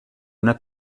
una